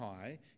high